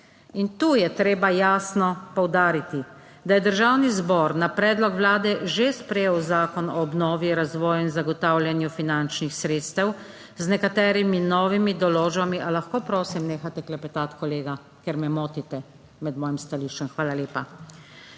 In tu je treba jasno poudariti, da je Državni zbor na predlog Vlade že sprejel zakon o obnovi, razvoju in zagotavljanju finančnih sredstev z nekaterimi novimi določbami... /Ali lahko, prosim, nehajte klepetati kolega, ker me motite med mojim stališčem. Hvala lepa./